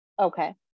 Okay